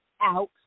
out